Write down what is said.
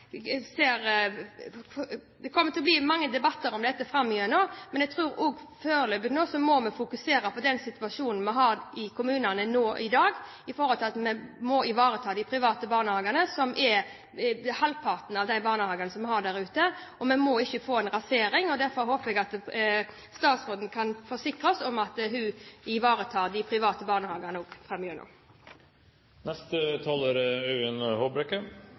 Det kommer til å bli mange debatter om dette framover, men jeg tror vi foreløpig må fokusere på den situasjonen vi har i kommunene i dag, og ivareta de private barnehagene, som utgjør halvparten av de barnehagene som vi har der ute. Vi må ikke få en rasering. Jeg håper at statsråden kan forsikre oss om at hun ivaretar de private barnehagene